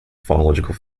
phonological